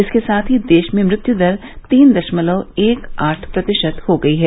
इसके साथ ही देश में मृत्यू दर तीन दशमलव एक आठ प्रतिशत हो गई है